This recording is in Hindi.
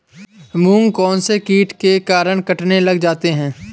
मूंग कौनसे कीट के कारण कटने लग जाते हैं?